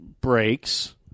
breaks